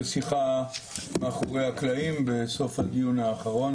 בשיחה מאחורי הקלעים בסוף הדיון האחרון,